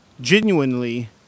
genuinely